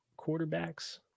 quarterbacks